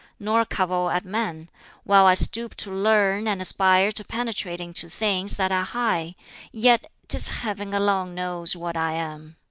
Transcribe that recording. nor cavil at men while i stoop to learn and aspire to penetrate into things that are high yet tis heaven alone knows what i am.